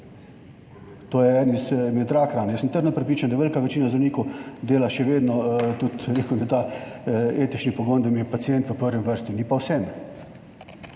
To je ena izmed rakran. Jaz sem trdno prepričan, da velika večina zdravnikov dela še vedno tudi, bi rekel, na ta etični pogon, da jim je pacient v prvi vrsti, ni pa vsem.